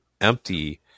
empty